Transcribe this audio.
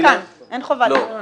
הדלת כאן, אין חובת דיון.